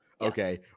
Okay